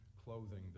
Clothing